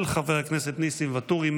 של חבר הכנסת ניסים ואטורי,